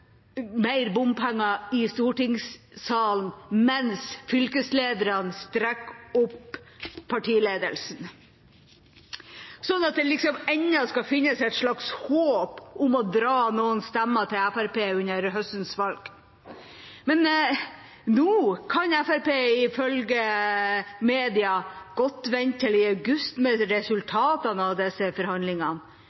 mer bompenger, mens fylkeslederne strakk opp partiledelsen, slik at det ennå skal finnes et slags håp om å dra noen stemmer til Fremskrittspartiet under høstens valg. Nå kan Fremskrittspartiet, ifølge mediene, godt vente til august med